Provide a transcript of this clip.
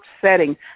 setting